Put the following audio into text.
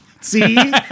See